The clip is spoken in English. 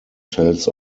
tells